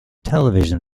television